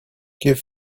give